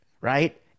right